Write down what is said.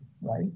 right